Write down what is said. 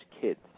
kids